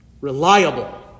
reliable